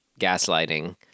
gaslighting